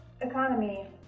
economy